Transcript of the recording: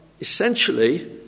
essentially